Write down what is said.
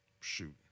Shoot